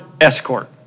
escort